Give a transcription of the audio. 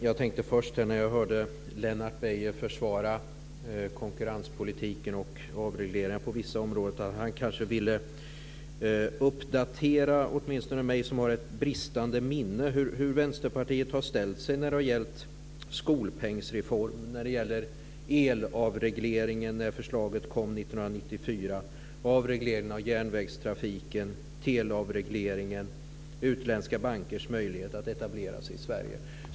Jag tänkte när jag hörde Lennart Beijer försvara konkurrenspolitiken och avregleringar på vissa områden att han skulle kunna uppdatera mig med ett bristande minne om hur Vänsterpartiet har ställt sig när det gäller skolpengsreformen, förslaget till elavregleringen 1994, avregleringen av järnvägstrafiken, teleavregleringen, utländska bankers möjlighet att etablera sig i Sverige.